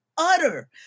utter